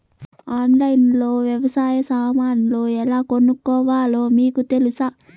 ఆన్లైన్లో లో వ్యవసాయ సామాన్లు ఎలా కొనుక్కోవాలో మీకు తెలుసా?